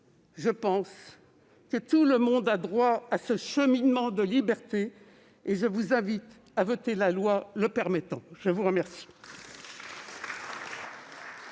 Je pense que tout le monde a droit à ce cheminement de liberté et je vous invite à voter la loi le permettant. La parole